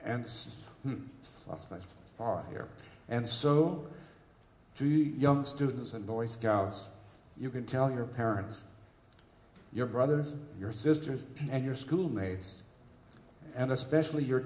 are here and so to the young students and boy scouts you can tell your parents your brothers your sisters and your schoolmates and especially your